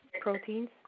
proteins